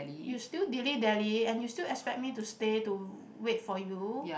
you still dilly-dally and you still expect me to stay to wait for you